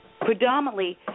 predominantly